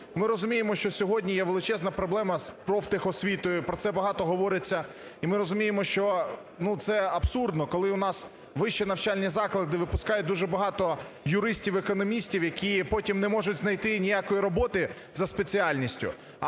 Ми розуміємо, що сьогодні є величезна проблема з профтехосвітою, про це багато говориться і ми розуміємо, що це абсурдно, коли у нас вищі навчальні заклади випускають дуже багато юристів, економістів, які потім не можуть знайти ніякої роботи за спеціальністю.